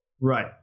Right